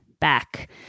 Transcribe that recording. back